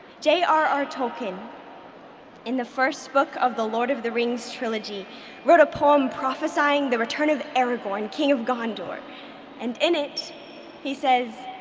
j. r. r. tolkien in the first book of the lord of the rings trilogy wrote a poem prophesying the return of aragorn, king of gondor and in it he says,